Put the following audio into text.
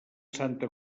santa